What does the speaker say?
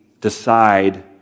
decide